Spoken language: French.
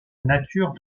nature